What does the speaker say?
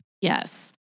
Yes